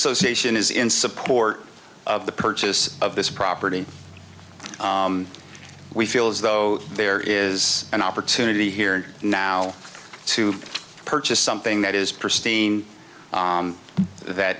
association is in support of the purchase of this property we feel as though there is an opportunity here now to purchase something that is